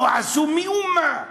לא עשו מאומה.